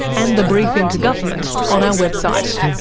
and the briefing to government, on our website.